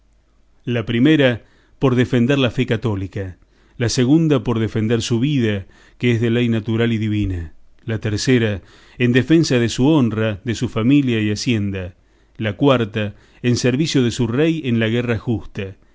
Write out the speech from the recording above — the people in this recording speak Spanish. la primera por defender la fe católica la segunda por defender su vida que es de ley natural y divina la tercera en defensa de su honra de su familia y hacienda la cuarta en servicio de su rey en la guerra justa